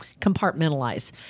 compartmentalize